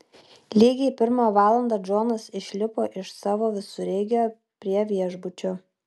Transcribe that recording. lygiai pirmą valandą džonas išlipo iš savo visureigio prie viešbučio